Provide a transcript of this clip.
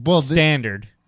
Standard